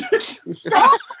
Stop